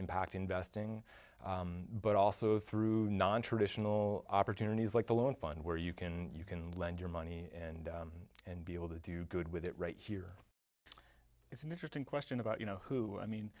impact investing but also through nontraditional opportunities like the loan fund where you can you can lend your money and be able to do good with it right here it's an interesting question about you know who i mean